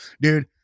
dude